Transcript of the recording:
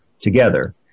together